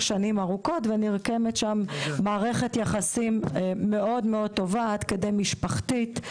שנים ארוכות ונרקמת שם מערכת יחסים מאוד מאוד טוב עד כדי משפחתית,